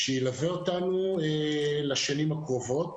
שילווה אותנו לשנים הקרובות.